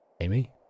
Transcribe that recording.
Amy